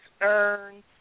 earn